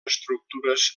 estructures